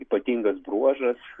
ypatingas bruožas